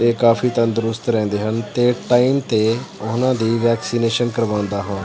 ਇਹ ਕਾਫੀ ਤੰਦਰੁਸਤ ਰਹਿੰਦੇ ਹਨ ਅਤੇ ਟਾਈਮ 'ਤੇ ਉਹਨਾਂ ਦੀ ਵੈਕਸੀਨੇਸ਼ਨ ਕਰਵਾਉਂਦਾ ਹਾਂ